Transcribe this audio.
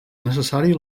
necessari